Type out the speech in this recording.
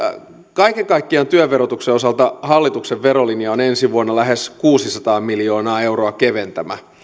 kaiken kaikkiaan työn verotuksen osalta hallituksen verolinja on ensi vuonna lähes kuusisataa miljoonaa euroa keventävä